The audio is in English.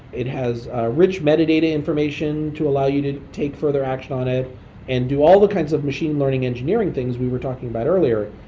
it has ah rich metadata information to allow you to take further action on it and do all the kinds of machine learning engineering things we were talking about earlier,